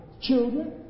children